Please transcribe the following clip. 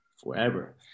forever